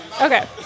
okay